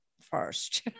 first